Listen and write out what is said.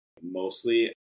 mostly